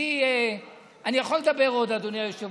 אני יכול לדבר עוד באריכות, אדוני היושב-ראש.